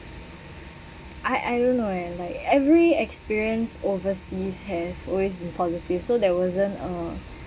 I I don't know eh like every experience overseas have always been positive so there wasn't a